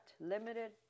limited